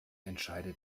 entscheide